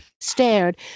stared